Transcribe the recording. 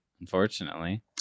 unfortunately